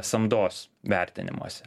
samdos vertinimuose